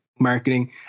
marketing